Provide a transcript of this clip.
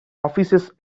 offices